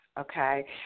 okay